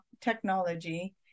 technology